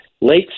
late